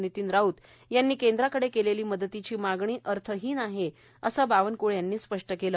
नितीन राऊत यांनी केंद्राकडे केलेली मदतीची मागणी अर्थहीन आहे असे बावनकुळे यांनी स्पष्ट केले